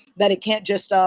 that it can't just.